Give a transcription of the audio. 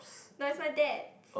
no it's my dad